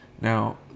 Now